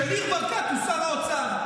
שניר ברקת הוא שר האוצר.